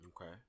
Okay